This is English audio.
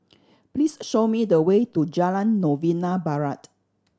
please show me the way to Jalan Novena Barat